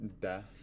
death